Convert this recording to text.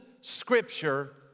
Scripture